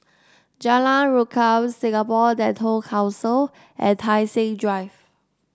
Jalan Rukam Singapore Dental Council and Tai Seng Drive